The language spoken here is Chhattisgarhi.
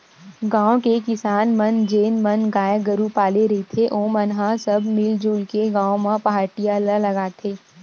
गाँव के किसान मन जेन मन गाय गरु पाले रहिथे ओमन ह सब मिलजुल के गाँव म पहाटिया ल लगाथे